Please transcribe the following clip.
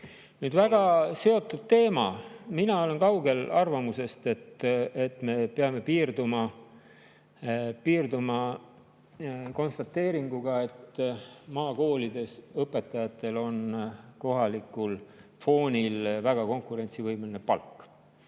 väga seotud teema. Ma olen kaugel arvamusest, et me peame piirduma konstateeringuga, et maakoolide õpetajatel on kohalikul foonil väga konkurentsivõimeline palk.